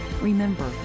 Remember